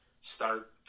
start